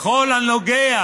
בכל הנוגע